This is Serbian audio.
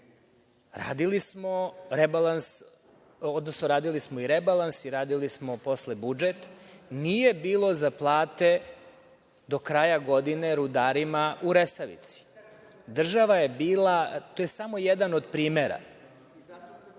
radili smo i rebalans i radili smo posle budžet. Nije bilo za plate do kraja godine rudarima u Resavici. To je samo jedan od primera,